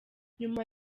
nyuma